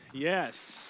Yes